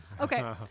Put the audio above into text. Okay